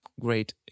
great